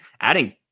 adding